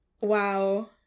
Wow